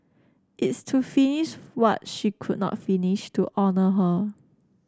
it's to finish what she could not finish to honour her